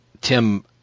Tim